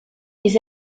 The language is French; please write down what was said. des